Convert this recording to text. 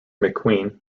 mcqueen